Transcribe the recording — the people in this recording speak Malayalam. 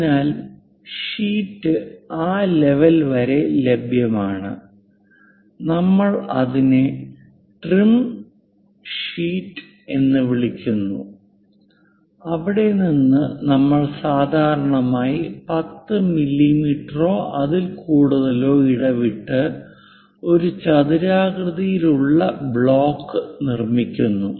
അതിനാൽ ഷീറ്റ് ആ ലെവൽ വരെ ലഭ്യമാണ് നമ്മൾ അതിനെ ട്രിം ഷീറ്റ് എന്ന് വിളിക്കുന്നു അവിടെ നിന്ന് നമ്മൾ സാധാരണയായി 10 മില്ലീമീറ്ററോ അതിൽ കൂടുതലോ ഇടവിട്ട് ഒരു ചതുരാകൃതിയിലുള്ള ബ്ലോക്ക് നിർമ്മിക്കുന്നു